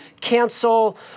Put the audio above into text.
cancel